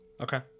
Okay